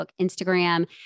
Instagram